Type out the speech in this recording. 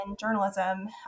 journalism